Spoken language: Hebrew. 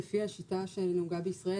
לפי השיטה שנהוגה בישראל,